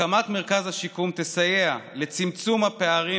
הקמת מרכז השיקום תסייע לצמצום הפערים